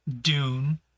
Dune